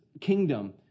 kingdom